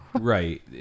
Right